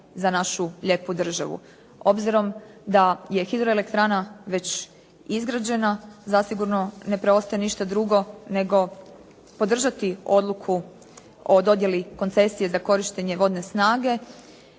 hidroelektrana već izgrađena, zasigurno ne preostaje ništa drugo nego podržati odluku o dodjeli koncesije za korištenje vodne snage